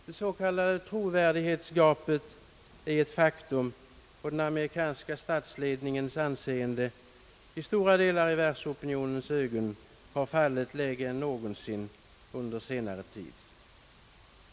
Det s.k. trovärdighetsgapet är ett faktum, och den amerikanska statsledningens anseende har enligt stora delar av världsopinionen fallit lägre än någonsin under senare tid.